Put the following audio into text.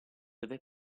dove